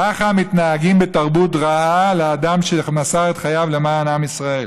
ככה מתנהגים בתרבות רעה לאדם שמסר את חייו למען עם ישראל.